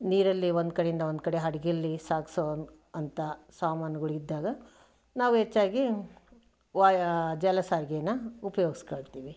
ನೀರಲ್ಲಿ ಒಂದು ಕಡೆಯಿಂದ ಒಂದು ಕಡೆ ಹಡಗಲ್ಲಿ ಸಾಗಿಸೋ ಅಂಥ ಸಾಮಾನುಗಳು ಇದ್ದಾಗ ನಾವು ಹೆಚ್ಚಾಗಿ ವಾಯ ಜಲ ಸಾರಿಗೇನ ಉಪಯೋಗಿಸ್ಕೊಳ್ತೀವಿ